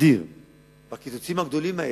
אדיר בקיצוצים הגדולים האלה.